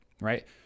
right